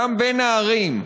גם בין הערים,